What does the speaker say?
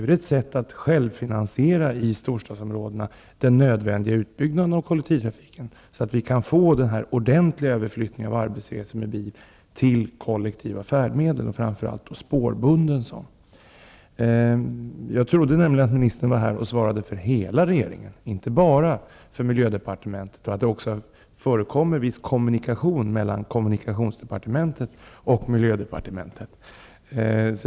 Det är ett sätt att självfinansiera den nödvändiga utbyggnaden av kollektivtrafiken i storstadsområdena, så att vi kan få en ordentlig överflyttning av arbetsresor med bil till kollektiva färdmedel, framför allt spårbundna sådana. Jag trodde att ministern var här för att svara för hela regeringen, inte bara för miljödepartementet, och även att det förekommer viss kommunikation mellan kommunikations och miljödepartementen.